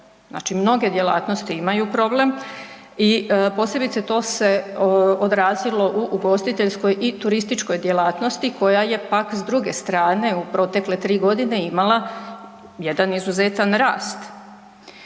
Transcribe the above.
Znači mnoge djelatnosti imaju problem i posebice to se odrazilo u ugostiteljskoj i turističkoj djelatnosti koja je pak s druge strane u protekle 3 g. imala jedan izuzetan rast.